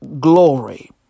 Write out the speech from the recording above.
glory